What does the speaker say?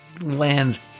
lands